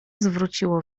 zwróciło